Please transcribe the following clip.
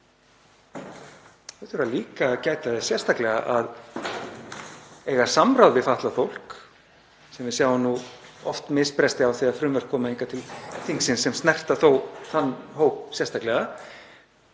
þurfa líka að gæta þess sérstaklega að eiga samráð við fatlað fólk sem við sjáum nú oft misbresti á þegar frumvörp koma hingað til þingsins sem snerta þó þann hóp sérstaklega.